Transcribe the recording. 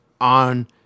on